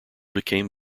became